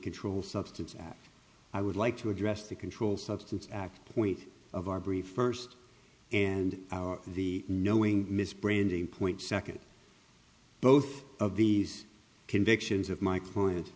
control substance that i would like to address the controlled substance act point of our brief first and our the knowing misbranding point second both of these convictions of my client